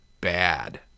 bad